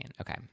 Okay